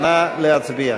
נא להצביע.